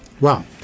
Wow